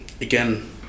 Again